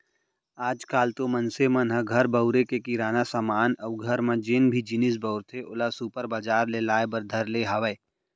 आज काल तो मनसे मन ह घर बउरे के किराना समान अउ घर म जेन भी जिनिस बउरथे ओला सुपर बजार ले लाय बर धर ले हावय